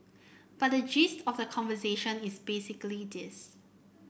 but the gist of the conversation is basically this